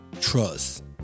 Trust